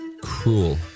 Cruel